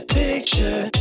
picture